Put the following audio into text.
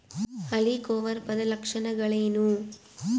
ಹೆಲಿಕೋವರ್ಪದ ಲಕ್ಷಣಗಳೇನು?